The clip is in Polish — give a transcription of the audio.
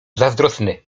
zazdrosny